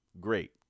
great